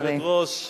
גברתי היושבת-ראש,